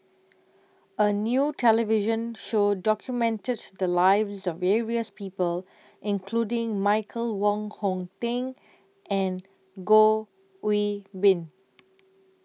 A New television Show documented The Lives of various People including Michael Wong Hong Teng and Goh Qiu Bin